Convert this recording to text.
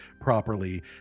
properly